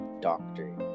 Doctor